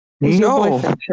No